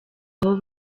aho